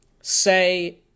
say